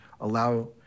allow